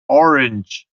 orange